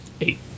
Eight